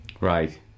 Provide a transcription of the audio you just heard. Right